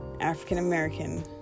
African-American